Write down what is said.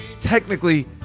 technically